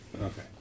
Okay